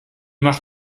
macht